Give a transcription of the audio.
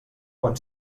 quan